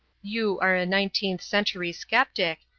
you are a nineteenth-century sceptic,